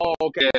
okay